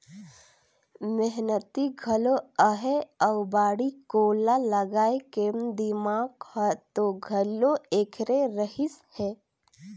मेहनती घलो अहे अउ बाड़ी कोला लगाए के दिमाक हर तो घलो ऐखरे रहिस हे